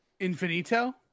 Infinito